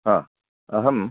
अहं